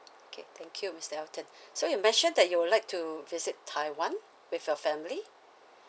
okay thank you mister elton so you mentioned that you would like to visit taiwan with your family